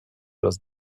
los